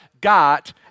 got